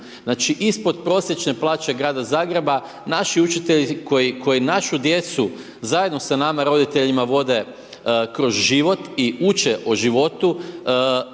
Znači ispodprosječne plaće grada Zagreba naši učitelji koji našu djecu zajedno sa nama roditeljima vode kroz život i uče o životu